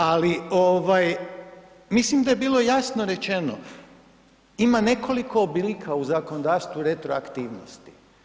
Ali ovaj mislim da je bilo jasno rečeno, ima nekoliko oblika u zakonodavstvu retroaktivnosti.